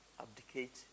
abdicate